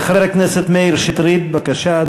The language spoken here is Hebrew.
חבר הכנסת מאיר שטרית, בבקשה,